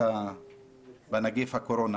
בנגיף הקורונה.